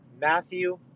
matthew